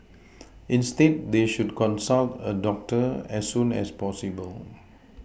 instead they should consult a doctor as soon as possible